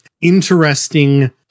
interesting